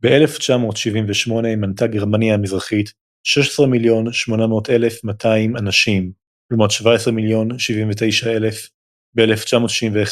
ב-1978 מנתה גרמניה המזרחית 16,800,200 אנשים לעומת 17,079,000 ב-1961